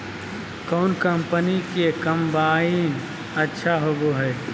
कौन कंपनी के कम्बाइन अच्छा होबो हइ?